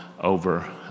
over